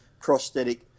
prosthetic